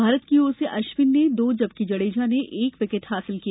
भारत की ओर से अश्विन ने दो जबकि जडेजा ने एक विकेट हासिल किया